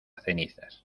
cenizas